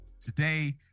today